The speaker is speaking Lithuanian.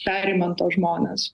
perimant tuos žmones